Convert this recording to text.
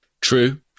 True